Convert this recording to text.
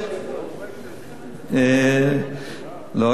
זה 04:30. לא,